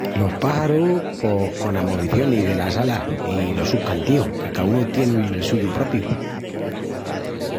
Los páxarus pos conas movicionis delas alas i los sus cantíus, que caúnu tien el suyu propiu.